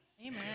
Amen